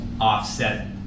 offset